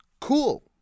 cool